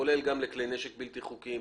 כולל גם לכלי נשק בלתי חוקיים.